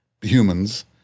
humans